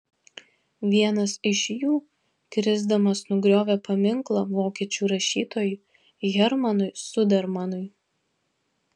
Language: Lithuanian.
vienas iš jų krisdamas nugriovė paminklą vokiečių rašytojui hermanui zudermanui